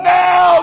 now